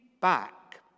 back